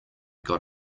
got